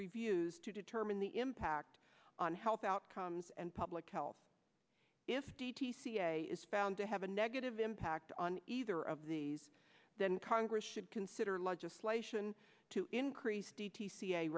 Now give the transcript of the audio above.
reviews to determine the impact on help outcomes and public health if d t c a is found to have a negative impact on either of these then congress should consider legislation to increase d